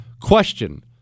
Question